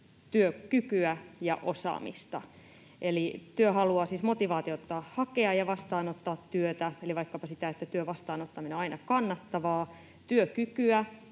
työkykyä ja osaamista — eli työhalua, siis motivaatiota hakea ja vastaanottaa työtä, eli vaikkapa sitä, että työn vastaanottaminen on aina kannattavaa; työkykyä